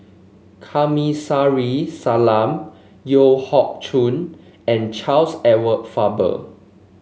Kamsari Salam Yeo Hoe Koon and Charles Edward Faber